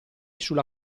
sulla